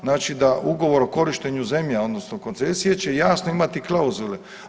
Znači da ugovor o korištenju zemlje odnosno koncesije će jasno imati klauzule.